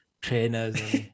trainers